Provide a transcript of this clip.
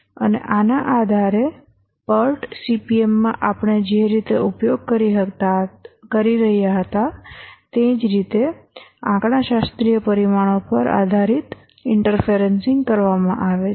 અને આને આધારે PERT CPM માં આપણે જે રીતે ઉપયોગ કરી રહ્યા હતા તે જ રીતે આંકડાશાસ્ત્રીય પરિમાણો પર આધારિત ઇન્ટરફેરેંસિન્ગ કરવામાં આવે છે